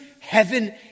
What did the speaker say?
heaven